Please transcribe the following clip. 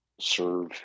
serve